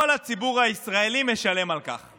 כל הציבור הישראלי משלם על כך.